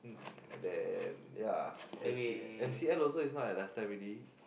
and then ya M_C M_C M is also not like last time already